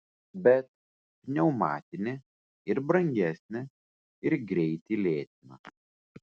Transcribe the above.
bet pneumatinė ir brangesnė ir greitį lėtina